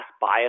bias